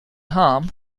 harm